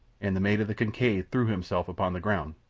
and the mate of the kincaid threw himself upon the ground,